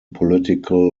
political